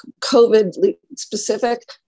COVID-specific